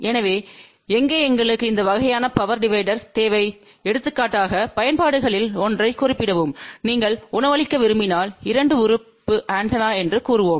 எனவே எங்கே எங்களுக்கு இந்த வகையான பவர் டிவைடர் தேவைஎடுத்துக்காட்டாக பயன்பாடுகளில் ஒன்றைக் குறிப்பிடவும் நீங்கள் உணவளிக்க விரும்பினால் 2 உறுப்பு ஆண்டெனா என்று கூறுவோம்